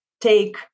take